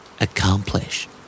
Accomplish